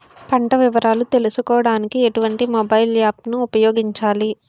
పంట వివరాలు తెలుసుకోడానికి ఎటువంటి మొబైల్ యాప్ ను ఉపయోగించాలి?